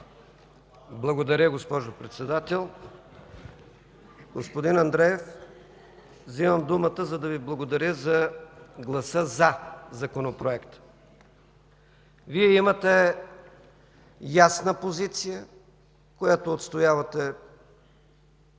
Благодаря, госпожо Председател. Господин Андреев, вземам думата, за да Ви благодаря за гласа „за” за Законопроекта. Вие имате ясна позиция, която отстоявате